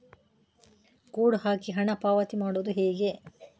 Code ಹಾಕಿ ಹಣ ಪಾವತಿ ಮಾಡೋದು ಹೇಗೆ?